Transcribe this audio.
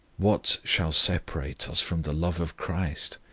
what shall separate us from the love of christ?